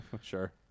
Sure